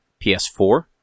PS4